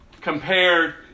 compared